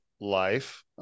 life